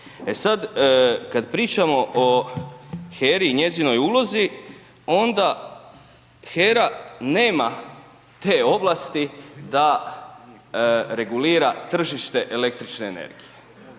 E sad, kad pričamo o HERI i njezinoj ulozi onda HERA nema te ovlasti da regulira tržište električne energije.